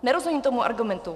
Nerozumím tomu argumentu.